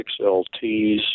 XLTs